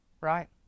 right